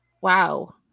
wow